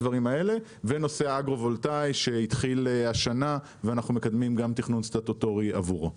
ונושא האגרו וולטאי שהתחיל השנה ואנחנו מקדמים גם תכנון סטטוטורי עבורו.